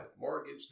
mortgage